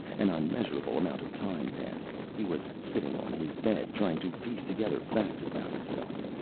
an unmeasurable amount of time passed. he was sitting on his bed, trying to piece together facts about himself.